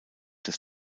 des